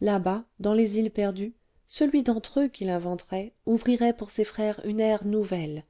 là-bas dans les îles perdues celui d'entre eux qui l'inventerait ouvrirait pour ses frères une ère nouvelle